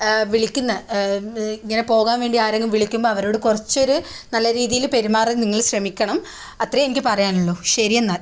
വിളിക്കുന്ന ഇങ്ങനെ പോകാൻ വേണ്ടി ആരെങ്കിലും വിളിക്കുമ്പം അവരോട് കുറച്ച് ഒരു നല്ല രീതിയിൽ പെരുമാറി നിങ്ങൾ ശ്രമിക്കണം അത്രയേ എനിക്ക് പറയാനുള്ളൂ ശരി എന്നാൽ